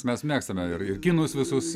mes mėgstame ir ir kinus visus